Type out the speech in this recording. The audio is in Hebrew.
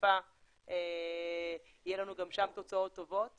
ובשאיפה יהיו לנו גם שם תוצאות טובות.